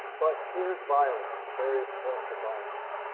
but here's violence various forms of violence.